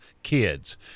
kids